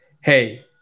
Hey